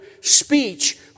speech